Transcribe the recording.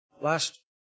last